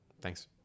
Thanks